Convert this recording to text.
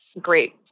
great